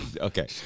Okay